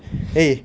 eh